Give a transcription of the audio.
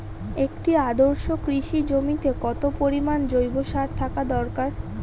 একটি আদর্শ কৃষি জমিতে কত পরিমাণ জৈব সার থাকা দরকার?